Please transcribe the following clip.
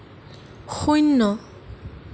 শূন্য